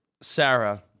Sarah